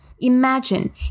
Imagine